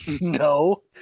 No